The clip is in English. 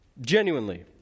genuinely